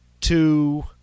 two